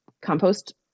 compost